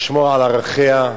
לשמור על ערכיה,